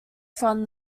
from